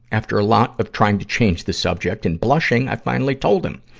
after a lot of trying to change the subject and blushing, i finally told him.